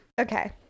Okay